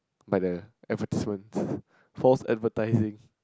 by the advertisements false advertising